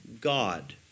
God